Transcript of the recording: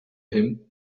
him